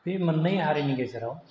बे मोननै हारिनि गेजेराव